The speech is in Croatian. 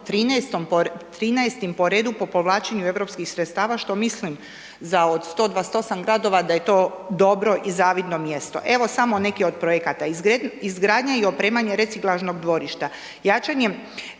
13.-tim po redu po povlačenju europskih sredstava, što mislim za od 128 gradova da je to dobro i zavidno mjesto. Evo samo neki od projekata, izgradnja i opremanje reciklažnog dvorišta, jačanje